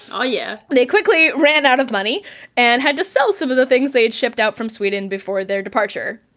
ah aw yeah! they quickly ran out of money and had to sell some of the things they had shipped out from sweden before their departure.